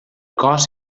cos